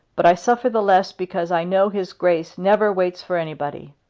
but i suffer the less because i know his grace never waits for anybody.